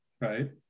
right